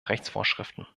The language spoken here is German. rechtsvorschriften